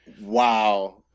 Wow